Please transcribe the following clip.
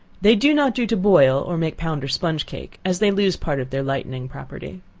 they do not do to boil, or make pound or sponge cake, as they lose part of their lightening property.